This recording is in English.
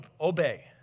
obey